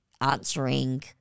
answering